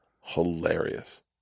hilarious